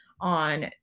on